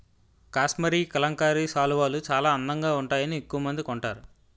కాశ్మరీ కలంకారీ శాలువాలు చాలా అందంగా వుంటాయని ఎక్కవమంది కొంటారు